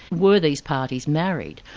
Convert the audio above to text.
were these parties married,